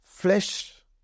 Flesh